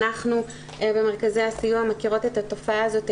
אנחנו במרכזי הסיוע מכירות את התופעה הזאת היטב,